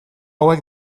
hauek